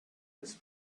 his